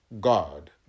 God